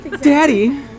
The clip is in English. daddy